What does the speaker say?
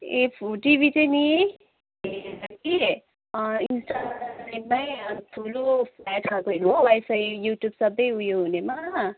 ए फु टिभी चाहिँ नि इन्सटलमेन्टमा ठुलो फ्ल्याट खाले हेर्नु हो वाइफाइ यु ट्युब सबै उयो हुनेमा